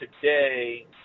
today